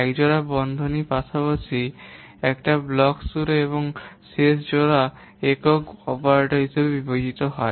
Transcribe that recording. এক জোড়া বন্ধনী পাশাপাশি একটি ব্লক শুরু এবং শেষ জোড়া একক অপারেটর হিসাবে বিবেচিত হয়